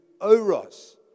oros